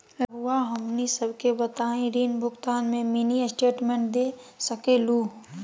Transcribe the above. रहुआ हमनी सबके बताइं ऋण भुगतान में मिनी स्टेटमेंट दे सकेलू?